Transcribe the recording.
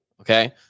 okay